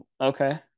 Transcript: okay